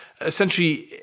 essentially